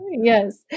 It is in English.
Yes